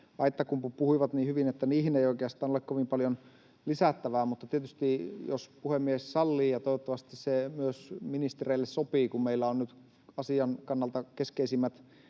Aittakumpu puhuivat niin hyvin, että niihin ei oikeastaan ole kovin paljon lisättävää. Mutta vielä siitä — jos puhemies sallii, ja toivottavasti se myös ministereille sopii — kun meillä ovat nyt asian kannalta keskeisimmät